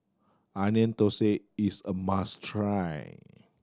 Onion Thosai is a must try